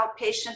outpatient